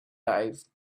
dive